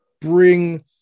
bring